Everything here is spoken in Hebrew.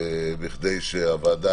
כדי שהוועדה,